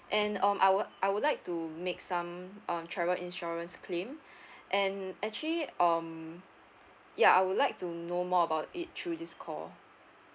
and um I would I would like to make some um travel insurance claim and actually um ya I would like to know more about it through this call